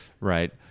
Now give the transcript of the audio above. Right